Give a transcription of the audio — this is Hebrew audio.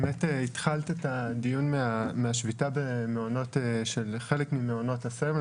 התחלת את הדיון והתייחסת לשביתה בחלק ממעונות הסמל,